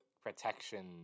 protection